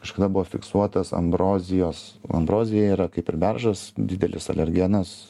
kažkada buvo fiksuotas ambrozijos ambrozija yra kaip ir beržas didelis alergenas